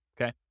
okay